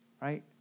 Right